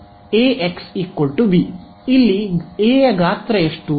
A x B ಇಲ್ಲಿ A ಗಾತ್ರ ಎಷ್ಟು